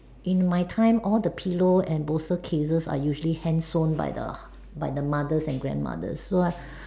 in my time all the pillow and bolster cases are usually hand sewn by the by the mothers and grandmothers so I